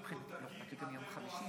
קודם כול,